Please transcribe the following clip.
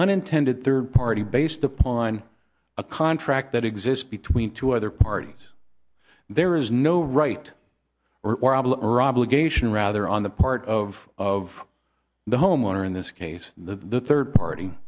unintended third party based upon a contract that exists between two other parties there is no right or obligation rather on the part of of the homeowner in this case the third party